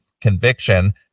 conviction